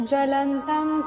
Jalantam